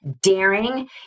daring